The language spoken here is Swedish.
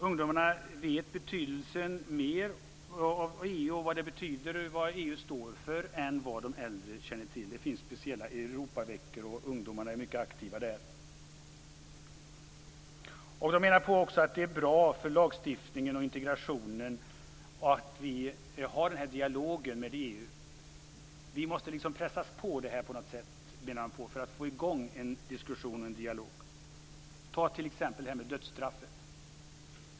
Ungdomarna vet mer än de äldre om vad EU betyder och vad EU står för. Det finns speciella Europaveckor, och ungdomarna är mycket aktiva där. De menar också på att det är bra för lagstiftningen och integrationen att man har en dialog med EU. Vi måste pressa på detta på något sätt, menar de, för att få i gång en diskussion och dialog. Ta t.ex. det här med dödsstraffet.